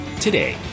today